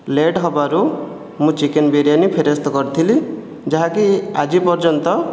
late ହେବାରୁ ମୁଁ chicken biryani ଫେରସ୍ତ କରିଥିଲି ଯାହାକି ଆଜି ପର୍ଯ୍ୟନ୍ତ